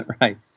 right